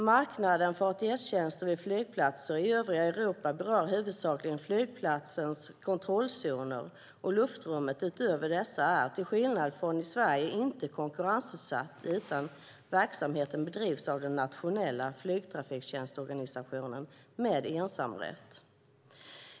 Marknaden för ATS-tjänster vid flygplatser i övriga Europa berör huvudsakligen flygplatsens kontrollzoner, och luftrummet utöver dessa är, till skillnad från Sverige, inte konkurrensutsatt utan verksamheten bedrivs av den nationella flygtrafiktjänstorganisationen med ensamrätt.